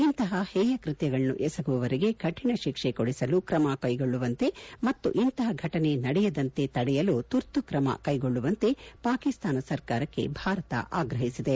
ಇಂಥ ಹೇಯ ಕೃತ್ಲಗಳನ್ನು ಎಸಗುವವರಿಗೆ ಕಠಿಣ ಶಿಕ್ಷೆ ಕೊಡಿಸಲು ಕ್ರಮ ಕೈಗೊಳ್ಳುವಂತೆ ಮತ್ತು ಇಂಥ ಫಟನೆ ನಡೆಯದಂತೆ ತಡೆಯಲು ತುರ್ತು ಕ್ರಮ ಕೈಗೊಳ್ಳುವಂತೆ ಪಾಕಿಸ್ತಾನ ಸರ್ಕಾರಕ್ಕೆ ಭಾರತ ಆಗ್ರಹಿಸಿದೆ